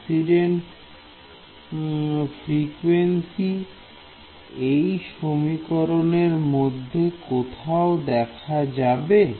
incident frequency এই সমীকরণ এর মধ্যে কোথাও দেখা যাবে